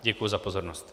Děkuji za pozornost.